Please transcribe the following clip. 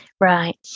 Right